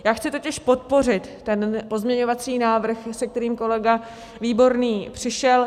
Já chci totiž podpořit ten pozměňovací návrh, se kterým kolega Výborný přišel.